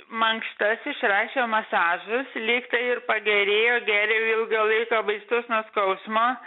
mankštas išrašė masažus lygtai ir pagerėjo gėriau ilgą laiką vaistus nuo skausmo